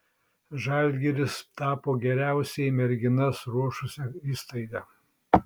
žalgiris tapo geriausiai merginas ruošusia įstaiga